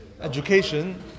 education